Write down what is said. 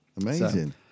amazing